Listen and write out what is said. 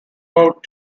out